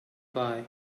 why